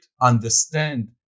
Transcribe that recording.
understand